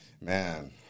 Man